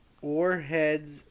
Warheads